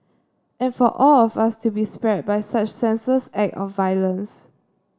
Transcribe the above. and for all of us to be spared by such senseless act of violence